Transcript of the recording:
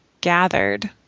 gathered